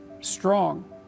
strong